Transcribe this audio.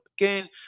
again